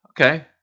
Okay